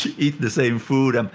eat the same food. um